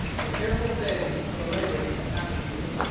the careful savings of the labors of half a year.